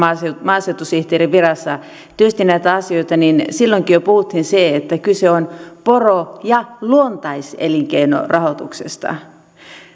maaseutusihteerin virassa työstin näitä asioita silloinkin jo puhuttiin että kyse on poro ja luontaiselinkeinorahoituksesta ja